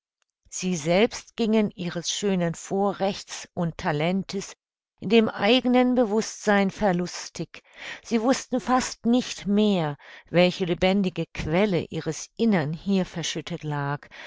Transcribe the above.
sie selbst gingen ihres schönen vorrechts und talentes in dem eignen bewußtsein verlustig sie wußten fast nicht mehr welche lebendige quelle ihres innern hier verschüttet lag